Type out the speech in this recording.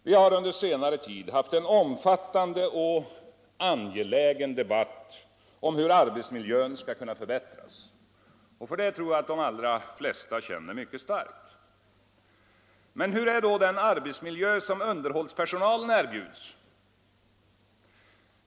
Vi har under senare tid haft en omfattande och angelägen debatt om hur arbetsmiljön skall kunna förbättras. För detta tror jag att de allra flesta känner mycket starkt. Men hur är då den arbetsmiljö som underhållspersonalen vid kärnkraftverken erbjuds?